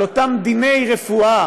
על אותם דיני רפואה